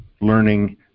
learning